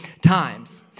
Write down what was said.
times